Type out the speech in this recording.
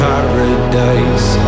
Paradise